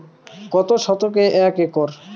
কত শতকে এক একর?